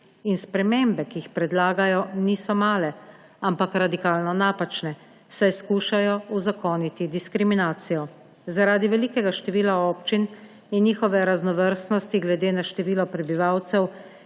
Spremembe, ki jih predlagajo, niso male, ampak radikalno napačne, saj skušajo uzakoniti diskriminacijo. Zaradi velikega števila občin in njihove raznovrstnosti glede na število prebivalcev